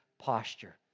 posture